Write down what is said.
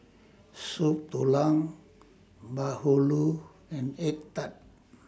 Soup Tulang Bahulu and Egg Tart